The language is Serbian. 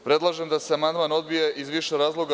Predlažem da se amandman odbije iz više razloga.